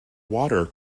water